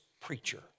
preacher